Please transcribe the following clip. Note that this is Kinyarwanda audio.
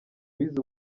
wize